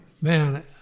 man